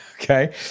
Okay